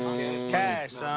cash,